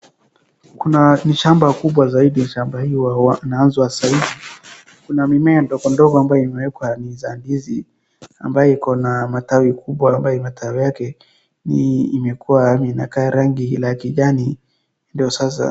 Kuna ni shamba kubwa zaidi. Shamba hii wawanaanzwa sai kuna mimea ndogo ndogo ambayo imewekwa ni za ndizi ambaye iko na matawi kubwa ambaye matawi yake ni imekuwa inakaa rangi la kijani ndiyo sasa.